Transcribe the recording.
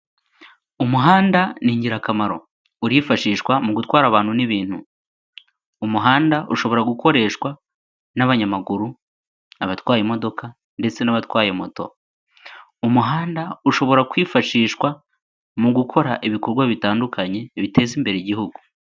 Umuhanda ni ingirakamaro. Urifashishwa mu gutwara abantu n'ibintu. Umuhanda ushobora gukoreshwa n'abanyamaguru, abatwaye imodoka ndetse n'abatwaye moto, umuhanda ushobora kwifashishwa mu gukora ibikorwa bitandukanye biteza imbere igihugu.